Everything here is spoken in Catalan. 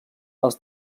els